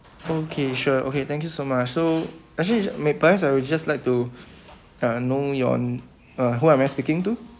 okay sure okay thank you so much so actually may perhaps I will just like to uh know you're uh who am I speaking to